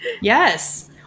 Yes